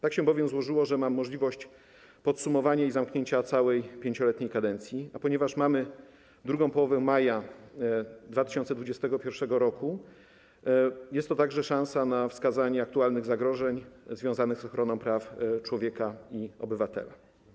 Tak się bowiem złożyło, że mam możliwość podsumowania i zamknięcia całej 5-letniej kadencji, a ponieważ mamy drugą połowę maja 2021 r., jest to także szansa na wskazanie aktualnych zagrożeń związanych z ochroną praw człowieka i obywatela.